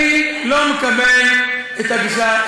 אני לא מקבל את הגישה.